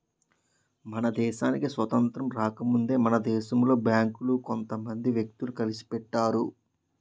మన దేశానికి స్వాతంత్రం రాకముందే మన దేశంలో బేంకులు కొంత మంది వ్యక్తులు కలిసి పెట్టారు